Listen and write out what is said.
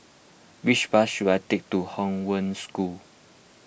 which bus should I take to Hong Wen School